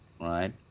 right